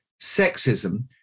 sexism